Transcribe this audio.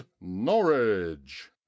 norwich